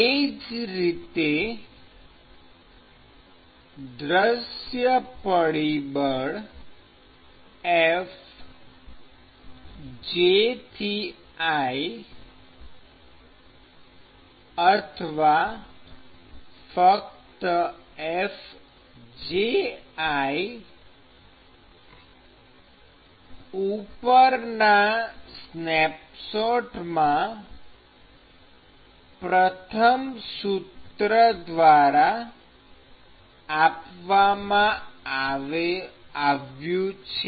એ જ રીતે દૃશ્ય પરિબળ Fj→i અથવા ફક્ત Fji ઉપરના સ્નેપશોટમાં પ્રથમ સૂત્ર દ્વારા આપવામાં આવ્યું છે